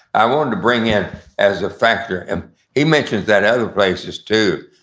i wanted to bring in as a factor, and he mentions that other places, too,